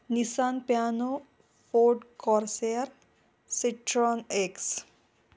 Nissan piano ford corsair citron X